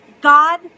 God